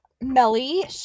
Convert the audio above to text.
Melly